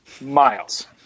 miles